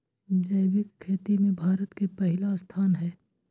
जैविक खेती में भारत के पहिला स्थान हय